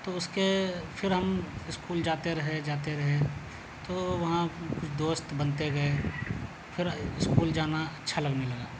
تو اس کے پھر ہم اسکول جاتے رہے جاتے رہے تو وہاں کچھ دوست بنتے گئے پھر اسکول جانا اچھا لگنے لگا